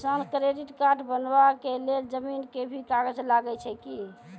किसान credit card बनबा के लेल जमीन के भी कागज लागै छै कि?